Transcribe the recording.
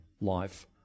life